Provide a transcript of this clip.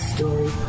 Story